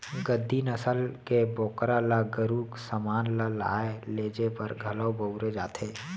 गद्दी नसल के बोकरा ल गरू समान ल लाय लेजे बर घलौ बउरे जाथे